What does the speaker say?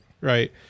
right